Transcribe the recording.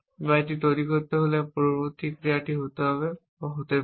বা এটি তৈরি করতে পূর্ববর্তী ক্রিয়াটি হতে হবে বা হতে পারে